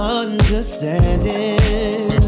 understanding